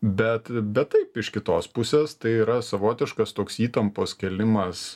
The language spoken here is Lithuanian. bet bet taip iš kitos pusės tai yra savotiškas toks įtampos kėlimas